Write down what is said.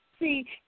See